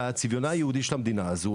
לגבי צביונה היהודי של המדינה הזאת,